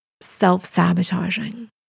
self-sabotaging